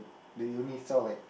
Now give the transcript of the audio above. they only sell like